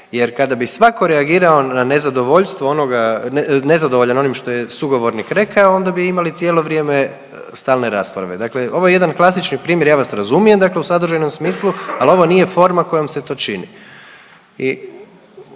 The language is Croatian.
jer kada bi svatko reagirao na nezadovoljstvo onoga, nezadovoljan onim što je sugovornik rekao onda bi imali cijelo vrijeme stalne rasprave. Dakle, ovo je jedan klasični primjer, ja vas razumijem dakle u sadržajnom smislu al ovo nije forma kojom se to čini